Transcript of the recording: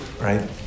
right